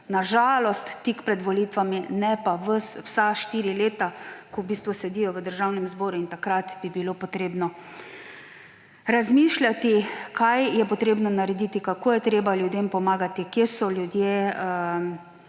na žalost tik pred volitvami, ne pa vsa štiri leta, ko sedijo v Državnem zboru, in takrat bi bilo potrebno razmišljati, kaj je potrebno narediti, kako je treba ljudem pomagati, kje so ljudje